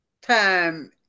time